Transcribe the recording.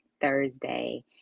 Thursday